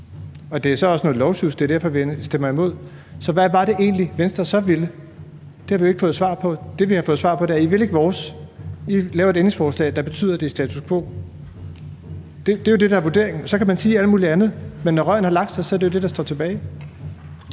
Det er så også noget lovsjusk, og det er derfor, vi stemmer imod. Hvad var det egentlig, Venstre så ville? Det har vi jo ikke fået svar på. Det, vi har fået svar på, er, at I ikke vil vores. I laver et ændringsforslag, der betyder, at det er status quo; det er jo det, der er vurderingen. Og så kan man sige alt muligt andet, men når røgen har lagt sig, er det jo det, der står tilbage.